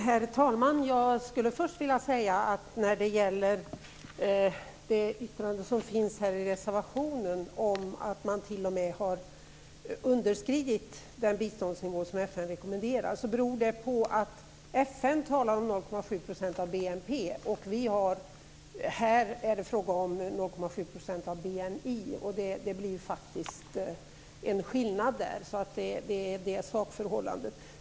Herr talman! Jag skulle först när det gäller det som står i reservationen om att man t.o.m. har underskridit den biståndsnivå som FN rekommenderar vilja säga att det beror på att FN talar om 0,7 % av BNP och här är det fråga om 0,7 % av BNI, och det är faktiskt en skillnad. Det är sakförhållandet.